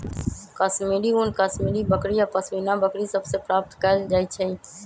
कश्मीरी ऊन कश्मीरी बकरि आऽ पशमीना बकरि सभ से प्राप्त कएल जाइ छइ